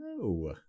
No